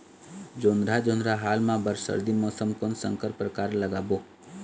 जोंधरा जोन्धरा हाल मा बर सर्दी मौसम कोन संकर परकार लगाबो?